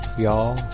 y'all